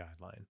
guideline